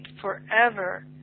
forever